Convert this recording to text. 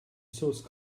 source